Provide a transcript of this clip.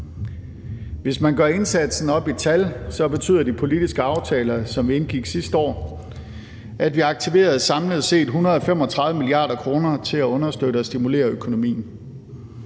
Hvis man gør indsatsen op i tal, betyder de politiske aftaler, som vi indgik sidste år, at vi aktiverede samlet set 135 mia. kr. til at understøtte og stimulere økonomien.